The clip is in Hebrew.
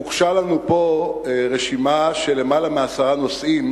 הוגשה לנו פה רשימה של יותר מעשרה נושאים